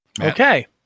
okay